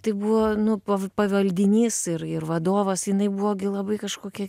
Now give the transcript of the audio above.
tai buvo nu pav pavaldinys ir ir vadovas jinai buvo gi labai kažkokia